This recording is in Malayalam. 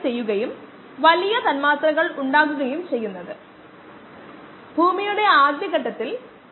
ഇവയെല്ലാം ഒരേസമയം സംഭവിക്കുകയാണെങ്കിൽ ടാങ്ക് നിറയ്ക്കാൻ എത്ര സമയമെടുക്കും